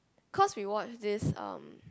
cause we watch this um